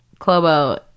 Clobo